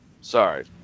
Sorry